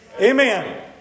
Amen